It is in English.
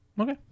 okay